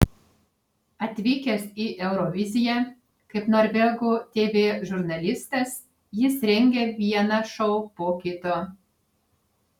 atvykęs į euroviziją kaip norvegų tv žurnalistas jis rengia vieną šou po kito